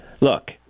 look